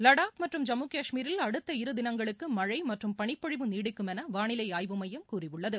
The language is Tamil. லடாக் மற்றும் ஜம்மு கஷ்மீரில் அடுத்த இரு தினங்களுக்கு மழை மற்றும் பனிப்பொழிவு நீடிக்கும் என வானிலை ஆய்வு மையம் கூறியுள்ளது